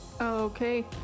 Okay